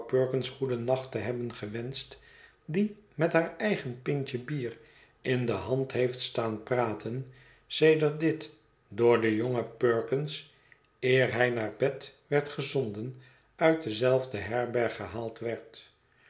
perkins goedennacht te hebben gewenscht die met haar eigen pintje bier in de hand heeft staan praten sedert dit door den jongen perkins eer hij naar bed werd gezonden uit dezelfde herberg gehaald werd